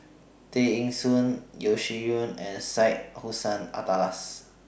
Tay Eng Soon Yeo Shih Yun and Syed Hussein Alatas